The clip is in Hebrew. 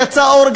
יצא אור,